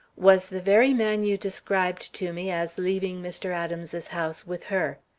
was the very man you described to me as leaving mr. adams's house with her.